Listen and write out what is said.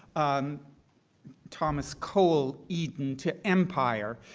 um thomas cole eden to empire'.